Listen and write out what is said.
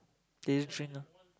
they just drink ah